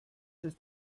ist